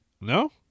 No